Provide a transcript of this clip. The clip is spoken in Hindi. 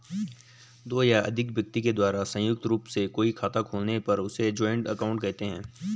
दो या अधिक व्यक्ति के द्वारा संयुक्त रूप से कोई खाता खोलने पर उसे जॉइंट अकाउंट कहते हैं